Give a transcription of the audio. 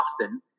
often